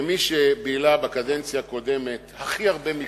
כמי שבילה בקדנציה הקודמת הכי הרבה,